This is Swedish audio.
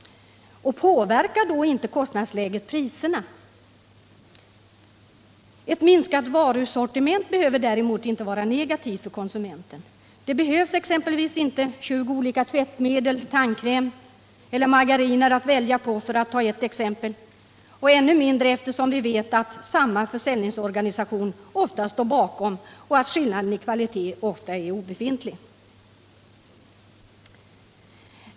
Påverkar då inte kostnadsläget priserna? Ett minskat varusortiment behöver däremot inte vara negativt för konsumenten. Det behövs inte 20 olika tvättmedel, tandkrämer eller margariner att välja på, för att ta några exempel — och ännu mindre behövs det eftersom vi vet att samma försäljningsorganisation inte sällan står bakom och att skillnaden i kvalitet ofta är obefintlig.